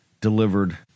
delivered